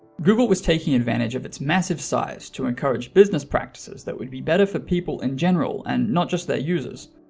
google was taking advantage of its massive size to encourage business practices that would be better for people in general and not just their users.